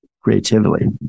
creatively